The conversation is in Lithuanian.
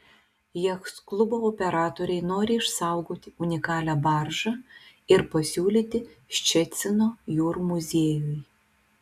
jachtklubo operatoriai nori išsaugoti unikalią baržą ir pasiūlyti ščecino jūrų muziejui